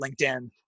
LinkedIn